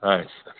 ಆಯ್ತು ಸರ್